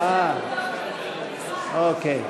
אוקיי.